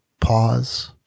pause